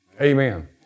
Amen